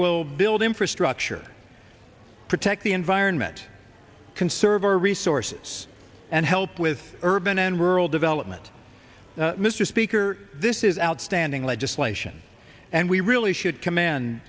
will build infrastructure protect the environment conserve our resources and help with urban and rural development mr speaker this is outstanding legislation and we really should com